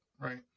right